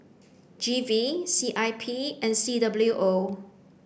G V C I P and C W O